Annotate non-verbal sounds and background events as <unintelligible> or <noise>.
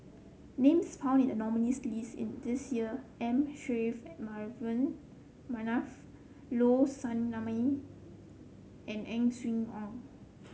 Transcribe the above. names found in the nominees' list in this year M Saffri <unintelligible> Manaf Low Sanmay and Ang Swee Aun